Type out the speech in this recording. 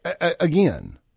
again